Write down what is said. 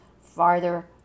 farther